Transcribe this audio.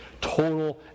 total